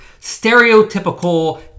stereotypical